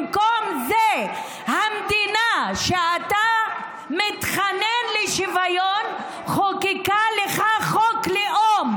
במקום זה המדינה שאתה מתחנן אליה לשוויון חוקקה חוק לאום,